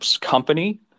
company